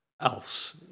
else